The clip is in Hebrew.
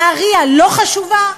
נהריה לא חשובה?